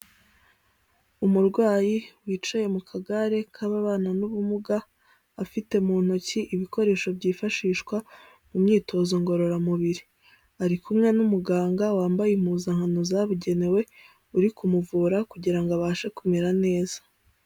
Umurwayi wicaye mu kagare k'ababana n'ubumuga, afite mu ntoki ibikoresho byifashishwa mu myitozo ngororamubiri, ari kumwe n'umuganga wambaye impuzankano zabugenewe, uri kumuvura kugira abashe kumera neza.